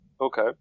Okay